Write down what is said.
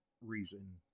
reason